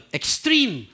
extreme